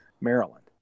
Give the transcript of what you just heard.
Maryland